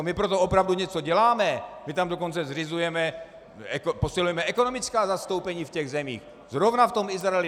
My pro to opravdu něco děláme, my tam dokonce zřizujeme, posilujeme ekonomická zastoupení v těch zemích, zrovna v tom Izraeli.